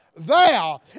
Thou